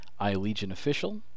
iLegionOfficial